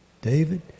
David